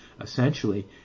essentially